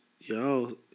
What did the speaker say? yo